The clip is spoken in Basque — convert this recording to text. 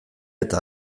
eta